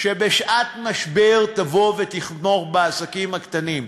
שבשעת משבר תבוא ותתמוך בעסקים הקטנים.